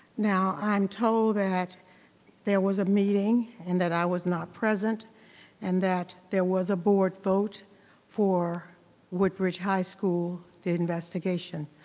now i'm told that there was a meeting and that i was not present and that there was a board vote for woodbridge high school, the investigation.